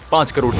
let's go